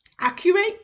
accurate